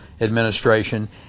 administration